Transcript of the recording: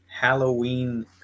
Halloween